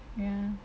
ya